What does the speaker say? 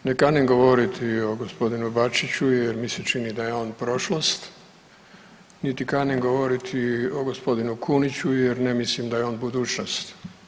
Ne kanim govoriti o gospodinu Bačiću jer mi se čini da je on prošlost, niti kanim govoriti o gospodinu Kuniću jer ne mislim da je on budućnost.